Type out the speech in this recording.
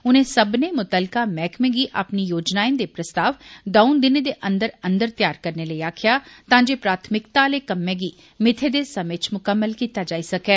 उनें सब्मनें मुत्तलका मैह्कमें गी अपनी योजनाएं दे प्रस्ताव द'ऊं दिनें दे अन्दर अन्दर तैयार करने लेई आक्खेआ तां जे प्राथमिकता आहले कम्में गी मित्थे दे समें च मुकम्मल कीता जाई सकै